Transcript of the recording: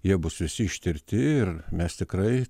jie bus visi ištirti ir mes tikrai